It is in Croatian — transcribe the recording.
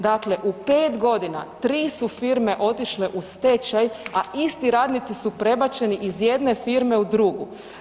Dakle u 5.g. 3 su firme otišle u stečaj, a isti radnici su prebačeni iz jedne firme u drugu.